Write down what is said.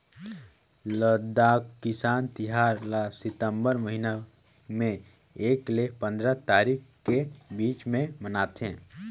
लद्दाख किसान तिहार ल सितंबर महिना में एक ले पंदरा तारीख के बीच में मनाथे